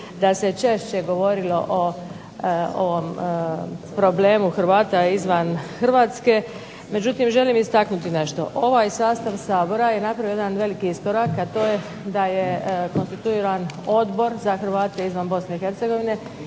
da se češće govorilo o problemu Hrvata izvan Hrvatske, međutim želim nešto istaknuti. Ovaj sastav Sabora je napravio jedan veliki iskorak, a to je da je konstituiran Odbor za Hrvata izvan Hrvatske i želim